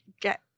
get